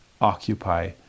occupy